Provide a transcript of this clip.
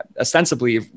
ostensibly